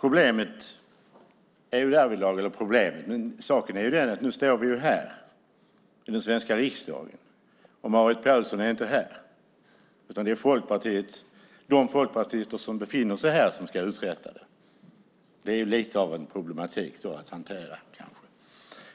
Saken är dock den att vi nu står i den svenska riksdagen och Marit Paulsen är inte här. I stället är det de folkpartister som befinner sig här som ska uträtta det. Det kanske är lite problematiskt att hantera.